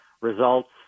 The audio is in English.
Results